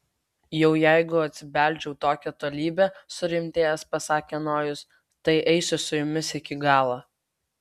jau jeigu atsibeldžiau tokią tolybę surimtėjęs pasakė nojus tai eisiu su jumis iki galo